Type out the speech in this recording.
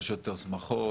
יש יותר שמחות,